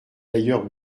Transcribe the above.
d’ailleurs